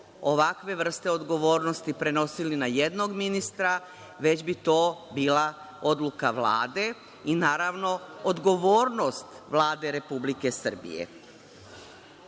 ovakve vrste odgovornosti prenosili na jednog ministra već bi to bila odluka Vlade i naravno odgovornost Vlade Republike Srbije. Vi